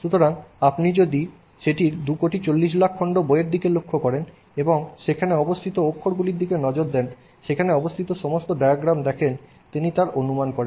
সুতরাং যদি আপনি 24000000 খণ্ড বইয়ের দিকে লক্ষ্য করেন এবং সেখানে অবস্থিত অক্ষর গুলির দিকে নজর দেন সেখানে অবস্থিত সমস্ত ডায়াগ্রাম দেখেন তিন তার অনুমান করেন